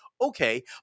Okay